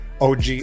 og